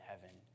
heaven